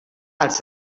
els